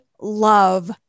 love